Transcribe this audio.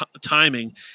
timing